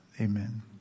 amen